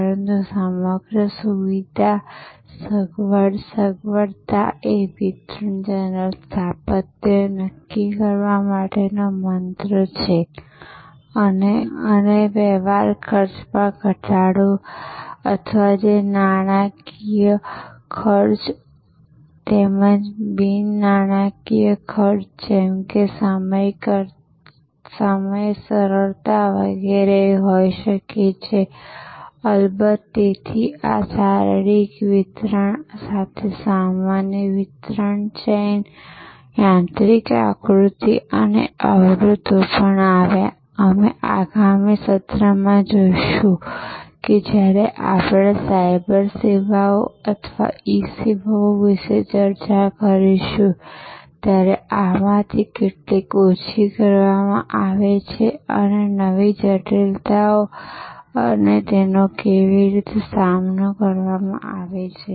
પરંતુ સમગ્ર સુવિધા સગવડ સગવડતા એ વિતરણ ચેનલ સ્થાપત્ય નક્કી કરવા માટેનો મંત્ર રહે છે